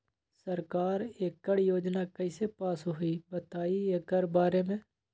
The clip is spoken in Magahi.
सरकार एकड़ योजना कईसे पास होई बताई एकर बारे मे?